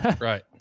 Right